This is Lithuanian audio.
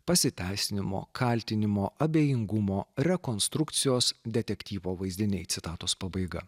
pasiteisinimo kaltinimo abejingumo rekonstrukcijos detektyvo vaizdiniai citatos pabaiga